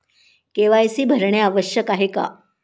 KYC भरणे आवश्यक आहे का?